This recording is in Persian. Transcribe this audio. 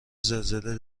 زلزله